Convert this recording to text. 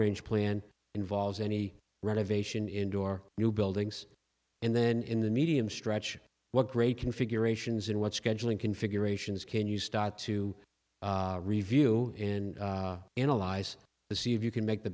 range plan involves any renovation indoor new buildings and then in the medium stretch what great configurations and what scheduling configurations can you start to review and analyze to see if you can make the